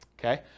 okay